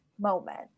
moment